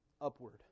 Upward